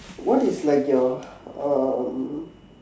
what is like your um